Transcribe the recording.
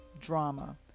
drama